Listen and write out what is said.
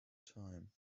time